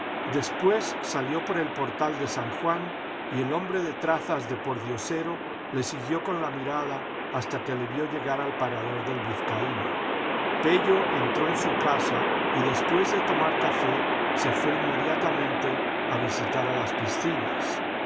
después salió por el portal de san juan y el hombre de trazas de pordiosero le siguió con la mirada hasta que le vio llegar al parador del vizcaíno pello entró en su casa y después de tomar café se fué inmediatamente a visitar a las piscinas